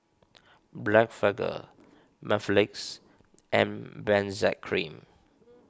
Blephagel Mepilex and Benzac Cream